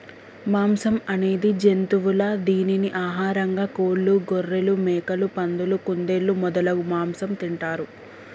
మాంసం అనేది జంతువుల దీనిని ఆహారంగా కోళ్లు, గొఱ్ఱెలు, మేకలు, పందులు, కుందేళ్లు మొదలగు మాంసం తింటారు